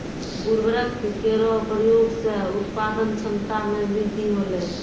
उर्वरक केरो प्रयोग सें उत्पादन क्षमता मे वृद्धि होलय